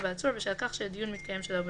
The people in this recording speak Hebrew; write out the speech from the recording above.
בעצור בשל כך שהדיון מתקיים שלא בנוכחותו.